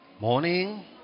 Morning